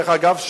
דרך אגב,